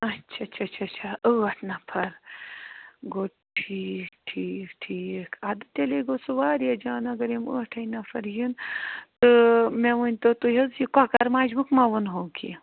اَچھا اَچھا اَچھا اَچھا ٲٹھ نفر گوٚو ٹھیٖک ٹھیٖک ٹھیٖک اَدٕ تیٚلے گوٚو سُہ واریاہ جان اگر یِم ٲٹھٕے نفر یِن تہٕ مےٚ ؤنۍتو تُہۍ حظ یہِ کۄکر مجمُک ما ووٚنہو کیٚنٛہہ